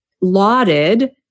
lauded